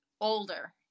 older